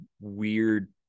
weird